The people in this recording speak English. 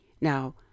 Now